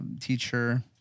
teacher